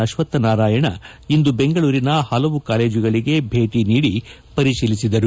ಅಶ್ವಥ್ನಾರಾಯಣ್ ಇಂದು ಬೆಂಗಳೂರಿನ ಹಲವು ಕಾಲೇಜುಗಳಿಗೆ ಭೇಟಿ ನೀಡಿ ಪರಿಶೀಲಿಸಿದ್ದಾರೆ